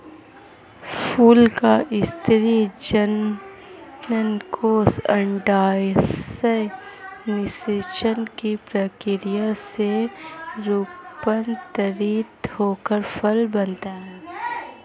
फूल का स्त्री जननकोष अंडाशय निषेचन की प्रक्रिया से रूपान्तरित होकर फल बनता है